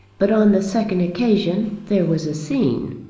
but on the second occasion there was a scene.